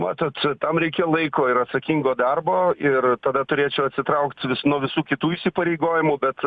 matot tam reikia laiko ir atsakingo darbo ir tada turėčiau atsitraukt nuo visų kitų įsipareigojimų bet